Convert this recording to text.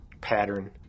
pattern